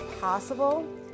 possible